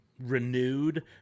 renewed